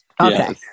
Okay